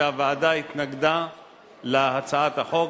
שהוועדה התנגדה להצעת החוק,